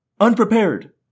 unprepared